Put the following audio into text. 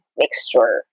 mixture